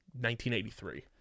1983